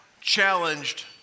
challenged